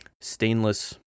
stainless